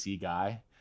guy